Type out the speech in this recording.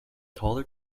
taller